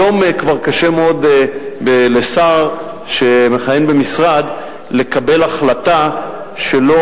היום כבר קשה מאוד לשר שמכהן במשרד לקבל החלטה שלא